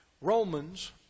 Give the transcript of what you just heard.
Romans